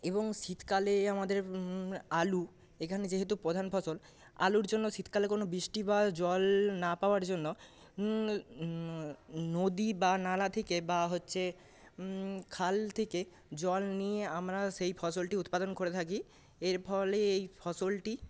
এবং শীতকালে আমাদের আলু এখানে যেহেতু প্রধান ফসল আলুর জন্য শীতকালে কোন বৃষ্টি বা জল না পাওয়ার জন্য নদী বা নালা থেকে বা হচ্ছে খাল থেকে জল নিয়ে আমরা সেই ফসলটি উৎপাদন করে থাকি এর ফলে এই ফসলটি